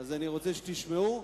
אני רוצה שתשמעו: